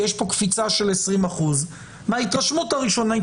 כי יש פה קפיצה של 20%. מההתרשמות הראשונית